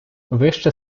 вище